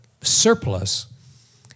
surplus